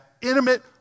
intimate